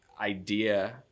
idea